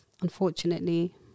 unfortunately